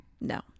No